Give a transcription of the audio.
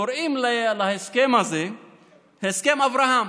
קוראים להסכם הזה "הסכם אברהם".